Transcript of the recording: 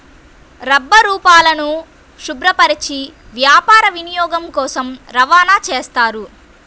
రబ్బరుపాలను శుభ్రపరచి వ్యాపార వినియోగం కోసం రవాణా చేస్తారు